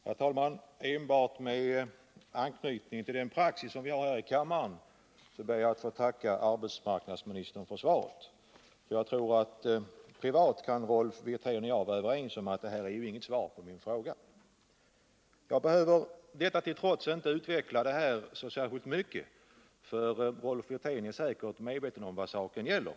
Herr talman! Det är enbart med hänsyn till den praxis som vi har här i kammaren som jag ber att få tacka arbetsmarknadsministern för svaret. Jag tror att Rolf Wirtén och jag privat kan vara överens om att detta besked inte är något svar på min fråga. Jag behöver detta till trots inte utveckla frågan särskilt mycket, för Rolf Wirtén är säkert medveten om vad saken gäller.